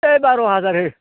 है बार' हाजार हो